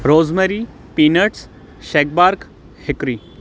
rosemary peanuts shagbark hickory